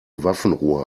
waffenruhe